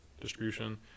distribution